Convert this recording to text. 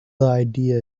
idea